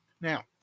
Now